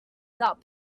without